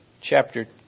chapter